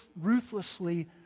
ruthlessly